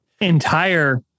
entire